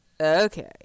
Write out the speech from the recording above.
okay